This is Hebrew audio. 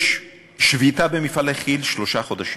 יש שביתה במפעלי כי"ל שלושה חודשים.